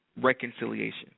reconciliation